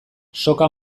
soka